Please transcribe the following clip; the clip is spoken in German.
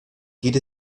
geht